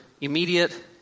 immediate